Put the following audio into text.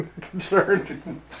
Concerned